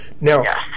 Now